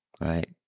right